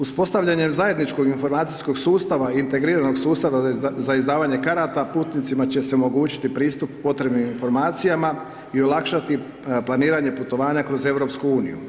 Uspostavljanjem zajedničkog informacijskog sustava, integriranog sustava za izdavanje karata, putnicima će se omogućiti pristup potrebnim informacijama i olakšati planiranje putovanja kroz EU.